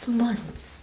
months